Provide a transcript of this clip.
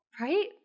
Right